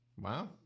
Wow